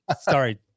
Sorry